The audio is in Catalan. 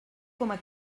coma